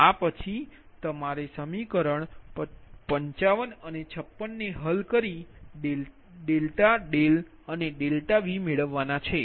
આ પછી તમારે સમીકરણ 55 અને 56 ને હલ કરી ∆δ અને ∆Vમેળવવા ના છે